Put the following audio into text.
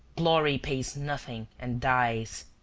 glory pays nothing, and dies.